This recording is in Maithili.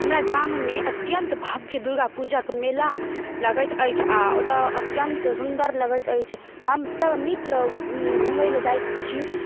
हमरा गाममे अत्यन्त भव्य दुर्गापूजा कऽ मेला लागैत अछि आ ओतऽ अत्यन्त सुन्दर लगैत अछि हमसब मित्र घुमैला जाइत छी